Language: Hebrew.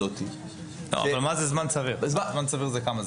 כמה זמן זה זמן סביר?